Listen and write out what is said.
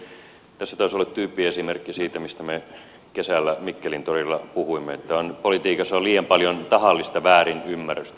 tässä taisi olla tyyppimerkki siitä mistä me kesällä mikkelin torilla puhuimme että politiikassa on liian paljon tahallista väärinymmärrystä